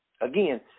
Again